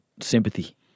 sympathy